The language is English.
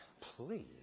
please